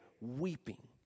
weeping